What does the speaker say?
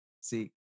see